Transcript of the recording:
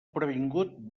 previngut